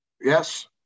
Yes